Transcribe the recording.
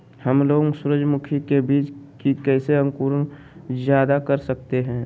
हमलोग सूरजमुखी के बिज की कैसे अंकुर जायदा कर सकते हैं?